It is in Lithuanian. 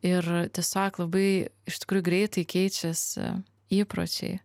ir tiesiog labai iš tikrųjų greitai keičiasi įpročiai